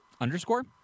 underscore